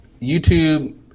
YouTube